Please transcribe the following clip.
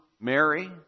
Mary